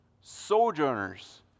sojourners